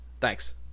Thanks